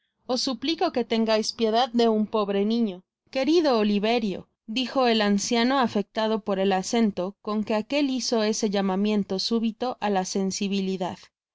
os suplico que tengais piedad de un pobre niño querido oliverio i dijo el anciano afectado por el acento con que aquel hizo ese llamamiento súbito á la sensibilidad no temais que